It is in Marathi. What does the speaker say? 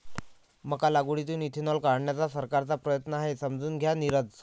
मका लागवडीतून इथेनॉल काढण्याचा सरकारचा प्रयत्न आहे, समजून घ्या नीरज